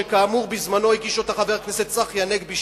שכאמור בזמנו הגיש אותה חבר הכנסת צחי הנגבי,